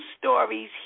stories